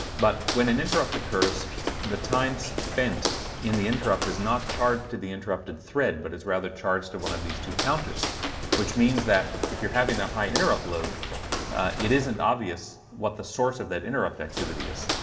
but when an interrupt occurs the time spent in the interrupt is not charged to the interrupted thread but is rather charged to one of these two counters which means that if you're having a high interrupt load it isn't obvious what the source of that interrupts activity is